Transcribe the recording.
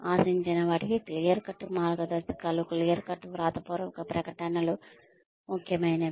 ఆశించిన వాటికి clear cut మార్గదర్శకాలు క్లియర్ కట్ వ్రాతపూర్వక ప్రకటనలు ముఖ్యమైనవి